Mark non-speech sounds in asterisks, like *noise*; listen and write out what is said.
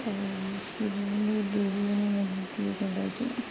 *unintelligible*